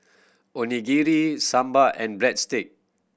Onigiri Sambar and Breadstick